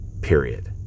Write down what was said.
period